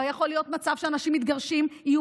לא יכול להיות מצב שאנשים מתגרשים יהיו